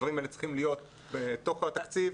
הדברים האלה צריכים להיות בתוך התקציב.